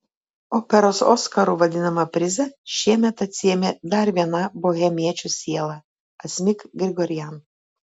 operos oskaru vadinamą prizą šiemet atsiėmė dar viena bohemiečių siela asmik grigorian